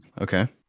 Okay